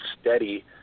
steady